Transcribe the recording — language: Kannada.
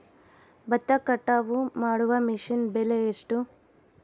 ಭತ್ತ ಕಟಾವು ಮಾಡುವ ಮಿಷನ್ ಬೆಲೆ ಎಷ್ಟು?